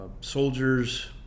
soldiers